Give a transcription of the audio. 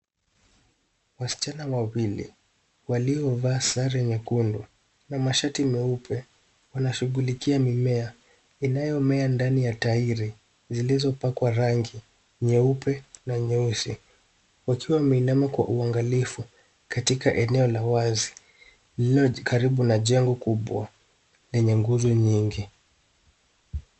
Wasichana wawili waliovaa sare nyekundu na mashati meupe, wanashughulikia mimea inayomea ndani ya tairi zilizopakwa rangi ya nyeupe na nyesui wakiwa wameinama kwa uangalifu katika eneo la wazi lilio karibu na jengo kubwa lenye nguzo nyingi.